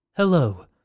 Hello